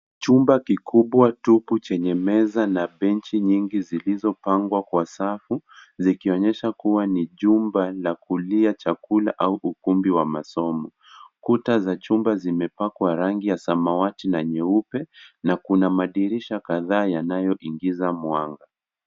Chumba kikubwa tupu chenye meza na benchi nyingi zilizopangwa kwa safu zikionyesha kuwa ni chumba la kulia chakula au ukumbi wa masomo. Kuta za chumba zimepakwa rangi ya samawati na nyeupe na kuna madirisha kadhaa yanayoingiza mwanga.